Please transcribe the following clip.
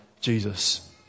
Jesus